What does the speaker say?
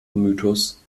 mythos